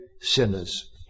sinners